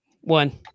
One